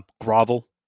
grovel